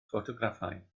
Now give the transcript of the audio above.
ffotograffau